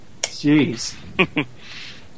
Jeez